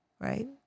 right